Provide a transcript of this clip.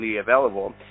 available